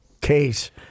case